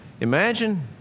Imagine